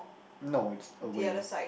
no it's away